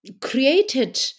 created